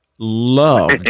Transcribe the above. Love